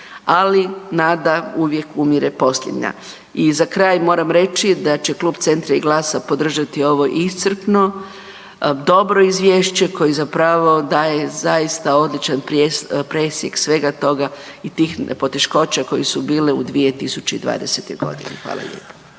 Ali nada uvijek umire posljednja. I za kraj moram reći da će Klub Centra i Glasa podržati ovo iscrpno, dobro izvješće koje zapravo daje zaista odličan presjek svega toga i tih poteškoća koje su bile u 2020. godini. Hvala lijepa.